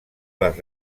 les